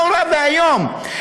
נורא ואיום,